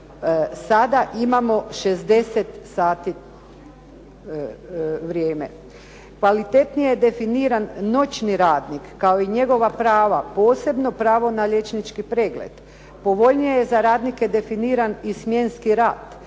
Sada imamo 60 sati vrijeme. Kvalitetnije je definiran i noćni radnik kao i njegova prava, posebno pravo na liječnički pregled. Povoljnije je za radnike definiran i smjenski rad.